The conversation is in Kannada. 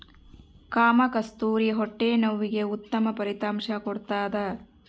ಕಾಮಕಸ್ತೂರಿ ಹೊಟ್ಟೆ ನೋವಿಗೆ ಉತ್ತಮ ಫಲಿತಾಂಶ ಕೊಡ್ತಾದ